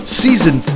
Season